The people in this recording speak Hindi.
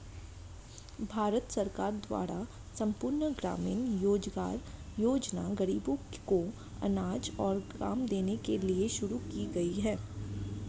भारत सरकार द्वारा संपूर्ण ग्रामीण रोजगार योजना ग़रीबों को अनाज और काम देने के लिए शुरू की गई है